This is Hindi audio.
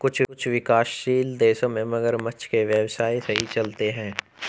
कुछ विकासशील देशों में मगरमच्छ के व्यवसाय सही चलते हैं